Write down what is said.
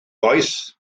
boeth